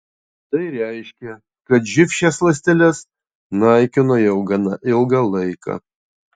tai reiškia kad živ šias ląsteles naikino jau gana ilgą laiką